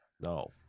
no